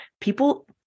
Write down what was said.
people